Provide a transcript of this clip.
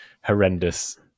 horrendous